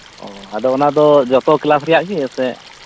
ᱚ ᱚᱱᱟ ᱫᱚ ᱟᱫᱚ ᱡᱚᱛᱚ ᱠᱮᱞᱟᱥ ᱨᱮᱭᱟᱜ ᱜᱮ ᱥᱮ